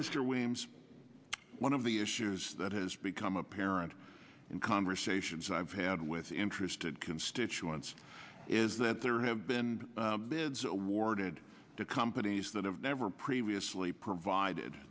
mr williams one of the issues that has become apparent in conversations i've had with interested constituents is that there have been beds awarded to companies that have never previously provided